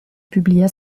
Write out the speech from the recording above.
publia